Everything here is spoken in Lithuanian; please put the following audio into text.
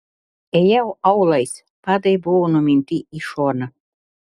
ėjau aulais padai buvo numinti į šoną